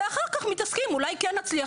ואחר כך מתעסקים בכך שאולי כן יצליחו